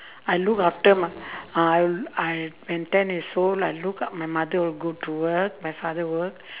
I look after my uh I'll when ten years old I look up my mother will go to work my father work